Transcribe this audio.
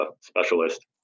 specialist